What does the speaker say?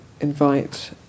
invite